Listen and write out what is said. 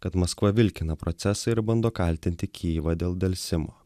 kad maskva vilkina procesą ir bando kaltinti kijivą dėl delsimo